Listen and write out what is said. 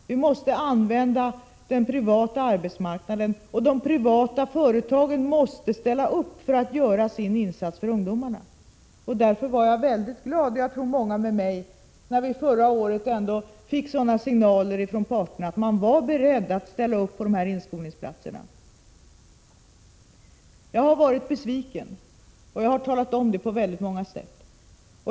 Vi måste använda den privata arbetsmarknaden, och de privata företagen måste ställa upp och göra sin insats för ungdomarna. Därför blev jag mycket glad — och jag tror att många blev det med mig — när vi förra året ändå fick signaler från parterna att man var beredd att ställa upp på dessa inskolningsplatser. Jag har varit besviken, och jag har talat om det på många sätt.